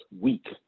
week